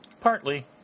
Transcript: Partly